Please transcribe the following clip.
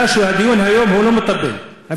הוא לא מטפל בדיור הציבורי.